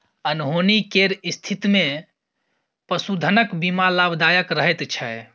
अनहोनी केर स्थितिमे पशुधनक बीमा लाभदायक रहैत छै